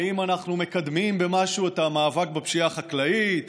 האם אנחנו מקדמים במשהו את המאבק בפשיעה החקלאית?